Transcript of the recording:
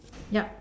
yup